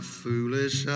foolish